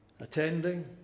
attending